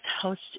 host